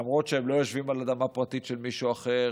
למרות שהם לא יושבים על אדמה פרטית של מישהו אחר,